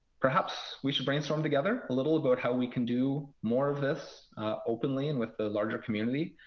perhaps we should brainstorm together a little about how we can do more of this openly and with the larger community.